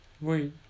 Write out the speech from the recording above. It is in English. Wait